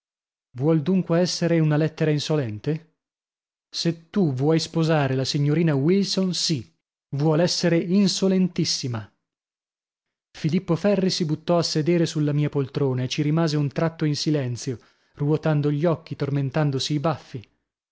vuol dunque essere una lettera insolente se tu vuoi sposare la signorina wilson sì vuol essere insolentissima filippo ferri si buttò a sedere sulla mia poltrona e ci rimase un tratto in silenzio ruotando gli occhi tormentandosi i baffi